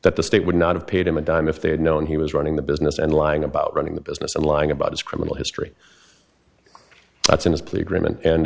that the state would not have paid him a dime if they had known he was running the business and lying about running the business and lying about his criminal history that's in his plea agreement and